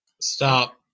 Stop